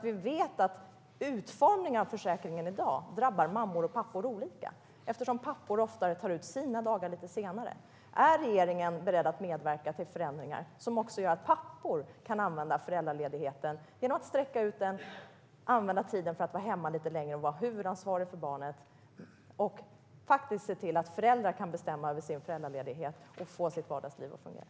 Vi vet att utformningen av försäkringen i dag drabbar mammor och pappor olika, eftersom pappor oftare tar ut sina dagar lite senare. Är regeringen beredd att medverka till förändringar som gör att också pappor kan använda föräldraledigheten genom att utsträcka den så att de kan använda tiden till att vara hemma lite längre och vara huvudansvariga för barnen? Är regeringen beredd att se till att föräldrar kan bestämma över sin föräldraledighet och få sitt vardagsliv att fungera?